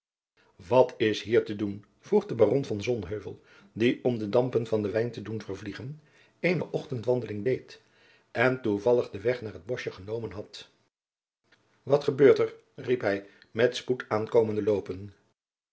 wat is hier te doen vroeg de baron van sonheuvel die om de dampen van den wijn te jacob van lennep de pleegzoon doen vervliegen eene ochtendwandeling deed en toevallig den weg naar het boschje genomen had wat gebeurt er riep hij niet spoed aankomende loopen